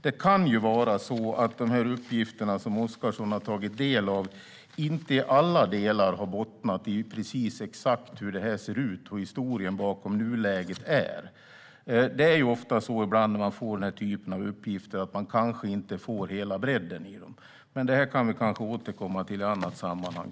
Det kan vara så att de uppgifter som Oscarsson har tagit del av inte i alla delar har bottnat i precis exakt hur det ser ut och historien bakom nuläget. Ofta när man får denna typ av uppgifter får man inte veta hela bredden. Det kan vi återkomma till annat sammanhang.